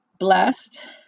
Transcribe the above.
Blessed